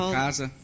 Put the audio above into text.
casa